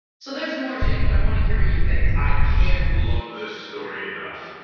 so there's more cenk. but i want to hear what you think. i can't love this story enough.